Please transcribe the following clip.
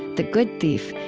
the good thief,